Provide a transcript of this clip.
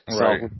Right